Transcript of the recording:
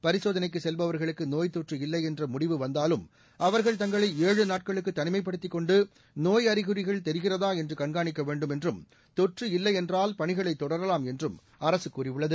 பரிசோதனைக்கு செல்பவர்களுக்கு நோய்த்தொற்று இல்லை என்ற முடிவு வந்தாலும் அவர்கள் தங்களை ஏழு நாட்களுக்கு தனிமைப்படுத்திக் கொண்டு நோய் அழிகுறிகள் தெரிகிறதா என்று கண்காணிக்க வேண்டும் என்றும் தொற்று இல்லை என்றால் பணிகளை தொடரலாம் என்றும் அரசு கூறியுள்ளது